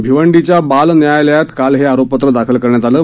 भिवंडीच्या बाल न्यायालयात काल हे आरोपपत्र दाखल करण्यात आलं आहे